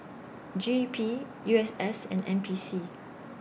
G E P U S S and N P C